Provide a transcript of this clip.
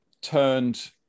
turned